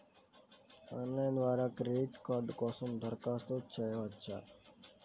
Online ద్వారా credit card కోసం దరఖాస్తు చేయవచ్చా?